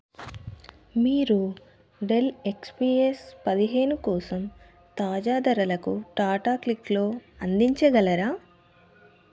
మీరు Dell XPS పదిహేను కోసం తాజా ధరలకు టాటా క్లిక్లో అందించగలరా